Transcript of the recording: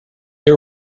they